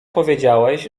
powiedziałeś